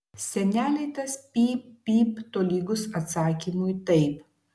senelei tas pyp pyp tolygus atsakymui taip